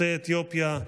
יוצאי אתיופיה,